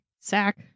sack